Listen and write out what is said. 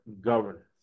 governance